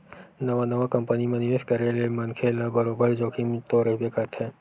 नवा नवा कंपनी म निवेस करे ले मनखे ल बरोबर जोखिम तो रहिबे करथे